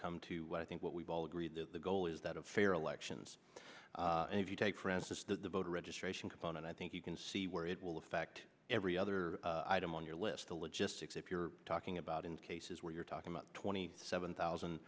i think what we've all agreed that the goal is that of fair elections and if you take for instance the voter registration component i think you can see where it will affect every other item on your list the logistics if you're talking about in cases where you're talking about twenty seven thousand